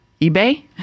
eBay